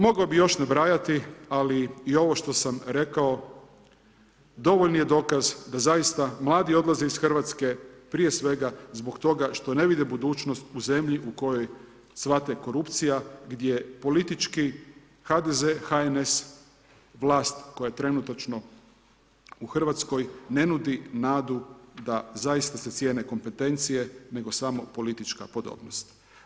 Mogao bih još nabrajati, ali i ovo što sam rekao dovoljni je dokaz da zaista mladi odlaze iz Hrvatske, prije svega zbog toga što ne vide budućnost u zemlji u kojoj cvate korupcija gdje politički HDZ-HNS vlast koja je trenutačno u Hrvatskoj ne nudi nadu da zaista se cijene kompetencije nego samo politička podobnost.